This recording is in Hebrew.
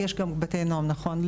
--- יש גם בתי נעם, נכון.